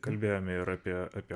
kalbėjome ir apie apie